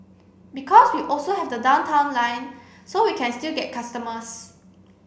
because we also have the Downtown Line so we can still get customers